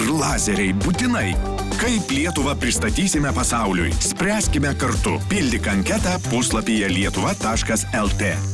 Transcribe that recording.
lazeriai būtinai kaip lietuvą pristatysime pasauliui spręskime kartu pildyk anketą puslapyje lietuva taškas lt